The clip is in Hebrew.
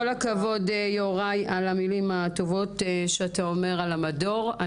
כל הכבוד יוראי על המילים הטובות שאתה אומר על המדור,